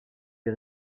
des